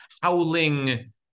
Howling